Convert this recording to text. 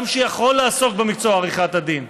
אדם שיכול לעסוק במקצוע עריכת הדין.